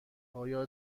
آیا